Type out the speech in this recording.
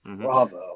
Bravo